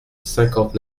cinquante